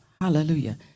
hallelujah